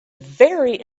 very